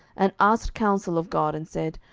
and asked counsel of god, and said,